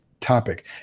topic